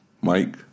Mike